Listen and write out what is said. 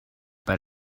but